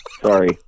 Sorry